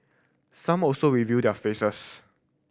some also reveal their faces